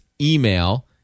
email